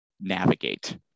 navigate